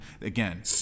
again